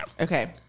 Okay